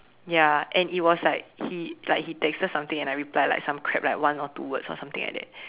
ya and it was like he like he texted something and I reply like some crap like one or two words or something like that